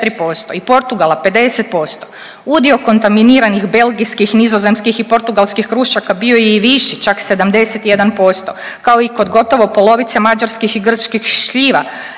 i Portugala 50% udio kontaminiranih belgijskih nizozemskih i portugalskih krušaka bio je i viši čak 71% kao i kod gotovo polovice mađarskih i grčkih šljiva.